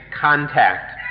contact